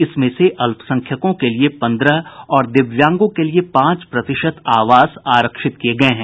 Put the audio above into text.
इसमें से अल्पसंख्यकों के लिए पन्द्रह और दिव्यांगों के लिए पांच प्रतिशत आवास आरक्षित किये गये हैं